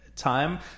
time